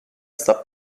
sta